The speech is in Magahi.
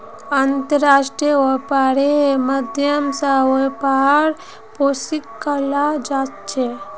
अन्तर्राष्ट्रीय व्यापारेर माध्यम स व्यापारक पोषित कराल जा छेक